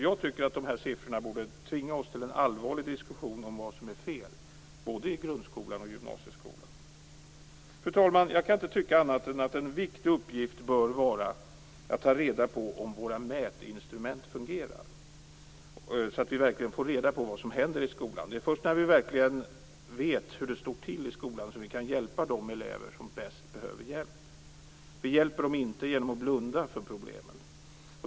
Jag tycker att de här siffrorna borde tvinga oss till en allvarlig diskussion om vad som är fel både i grundskolan och i gymnasieskolan. Fru talman! Jag kan inte tycka annat än att en viktig uppgift bör vara att ta reda på om våra mätinstrument fungerar så att vi verkligen får reda på vad som händer i skolan. Det är först när vi verkligen vet hur det står till i skolan som vi kan hjälpa de elever som bäst behöver hjälp. Vi hjälper dem inte genom att blunda för problemen.